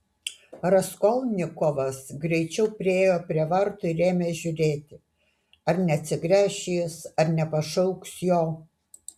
raskolnikovas greičiau priėjo prie vartų ir ėmė žiūrėti ar neatsigręš jis ar nepašauks jo